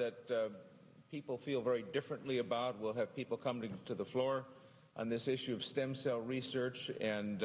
that people feel very differently about we'll have people come to the floor on this issue of stem cell research and